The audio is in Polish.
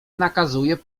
nakazuje